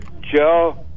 Joe